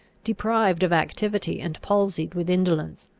deprived of activity, and palsied with indolence.